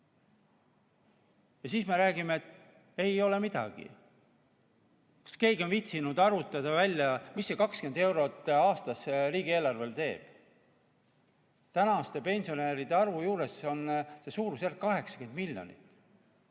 Ja siis me räägime, et ei ole midagi. Kas keegi on viitsinud välja arvutada, mida see 20 eurot aastas riigieelarvele teeb? Tänaste pensionäride arvu juures on see suurusjärgus 80 miljonit.